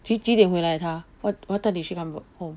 几几点回来他 what what time did she come home